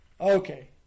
okay